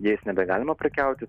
jais nebegalima prekiauti